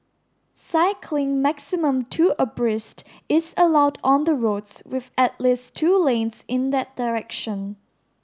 cycling maximum two abreast is allowed on the roads with at least two lanes in that direction